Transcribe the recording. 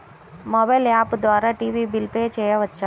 Mobile app ద్వారా TV bill pay చేయవచ్చా?